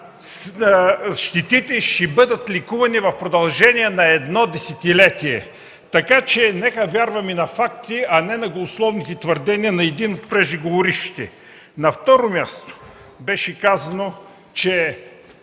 щетите ще бъдат лекувани в продължение на едно десетилетие. Следователно нека да вярваме на фактите, а не на голословните твърдения на един от преждеговорившите. На второ място, беше казано, че